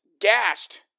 gashed